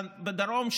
בדרום,